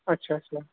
ਅੱਛਾ ਅੱਛਾ